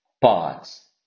parts